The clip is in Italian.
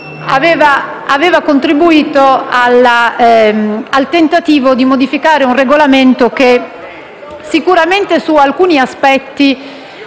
d'intervento, al tentativo di modificare un Regolamento che sicuramente su alcuni aspetti